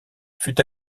fut